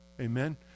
Amen